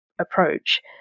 approach